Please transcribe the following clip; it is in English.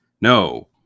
No